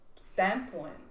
standpoint